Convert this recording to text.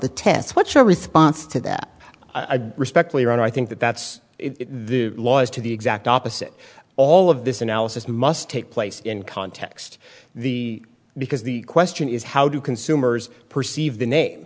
the test what's your response to that respectfully and i think that that's the law as to the exact opposite all of this analysis must take place in context the because the question is how do consumers perceive the name